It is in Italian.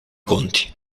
conti